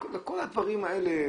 כל הדברים האלה,